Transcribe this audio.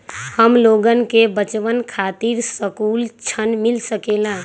हमलोगन के बचवन खातीर सकलू ऋण मिल सकेला?